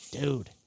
Dude